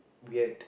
weird